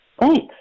Thanks